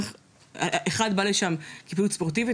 אחד יבוא לשם בשביל פעילות ספורטיבית